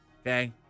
okay